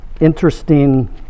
interesting